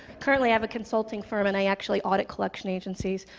currently, i have a consulting firm, and i actually audit collection agencies.